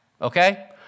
okay